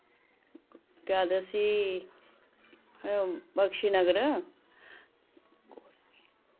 केह् आखदे उसी बक्शीनगर